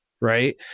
right